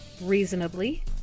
Reasonably